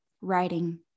writing